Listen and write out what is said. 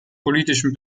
politischen